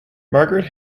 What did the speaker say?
margaret